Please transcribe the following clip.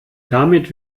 damit